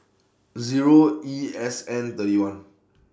Zero E S N thirty one